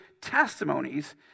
testimonies